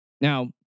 Now